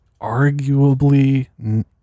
arguably